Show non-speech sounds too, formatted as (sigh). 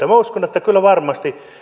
(unintelligible) minä uskon että kyllä varmasti